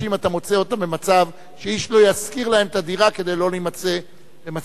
אתה מוצא אותם במצב שאיש לא ישכיר להם את הדירה כדי לא להימצא במצב כזה.